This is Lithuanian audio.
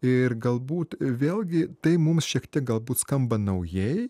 ir galbūt vėlgi tai mums šiek tiek galbūt skamba naujai